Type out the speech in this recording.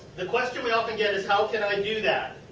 the question we often get is how can i do that.